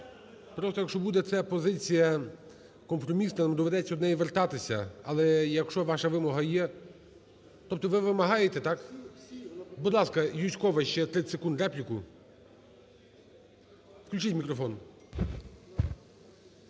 Просто, якщо буде це позиція компромісна, не доведеться до неї вертатися. Але якщо ваша вимога є… Тобто ви вимагаєте, так? Будь ласка, Юзькова ще 30 секунд репліку. Включіть мікрофон.